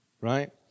right